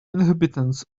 inhabitants